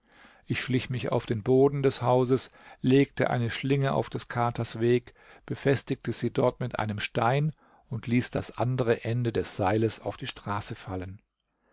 ich schlich mich auf den boden des hauses legte eine schlinge auf des katers weg befestigte sie dort mit einem stein und ließ das andere ende des seiles auf die straße fallen